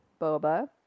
boba